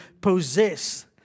possess